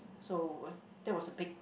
so was that was a big